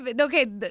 okay